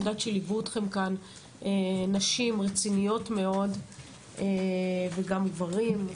אני יודעת שליוו אתכם כאן נשים רציניות מאוד וגם גברים,